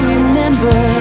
Remember